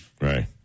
Right